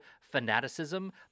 fanaticism